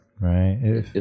right